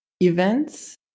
events